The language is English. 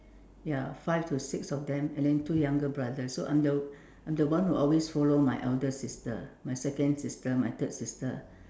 ya five to six of them and then two younger brothers so I'm the I'm the one who always follow my elder sister my second sister my third sister